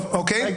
זה לא.